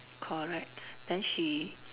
correct then she